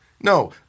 No